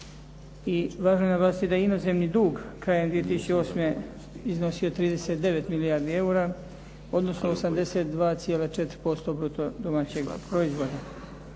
I važno je naglasiti da je inozemni dug krajem 2008. iznosio 39 milijardi eura odnosno 82,4% bruto domaćeg proizvoda.